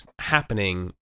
happening